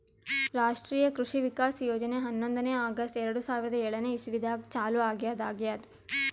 ರಾಷ್ಟ್ರೀಯ ಕೃಷಿ ವಿಕಾಸ್ ಯೋಜನೆ ಹನ್ನೊಂದನೇ ಆಗಸ್ಟ್ ಎರಡು ಸಾವಿರಾ ಏಳನೆ ಇಸ್ವಿದಾಗ ಚಾಲೂ ಆಗ್ಯಾದ ಆಗ್ಯದ್